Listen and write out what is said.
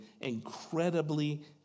incredibly